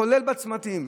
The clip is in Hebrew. כולל צמתים.